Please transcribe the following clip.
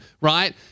right